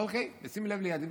אוקיי, בשים לב ליעדים,